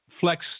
flex